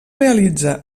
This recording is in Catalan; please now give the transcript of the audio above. realitza